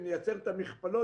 אם נייצר את המכפלות,